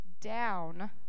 down